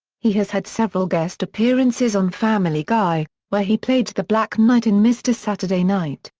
he has had several guest appearances on family guy, where he played the black knight in mr. saturday knight,